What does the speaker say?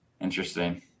Interesting